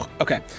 Okay